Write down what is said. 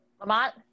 Lamont